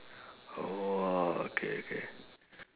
oh !wah! okay okay